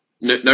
No